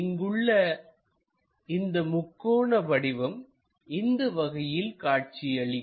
இங்கு உள்ள இந்த முக்கோண வடிவம் இந்த வகையில் காட்சியளிக்கும்